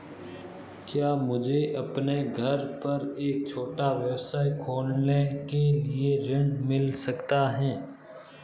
क्या मुझे अपने घर पर एक छोटा व्यवसाय खोलने के लिए ऋण मिल सकता है?